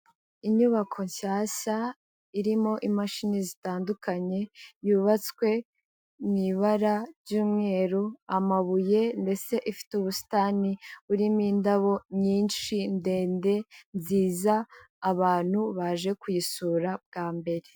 Inyubako nshyashya irimo imashini zitandukanye, yubatswe mu ibara ry'umweru, amabuye ndetse ifite ubusitani burimo indabo nyinshi ndende nziza abantu baje kuyisura bwa mbere.